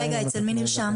כדורגל זה מופע תרבות.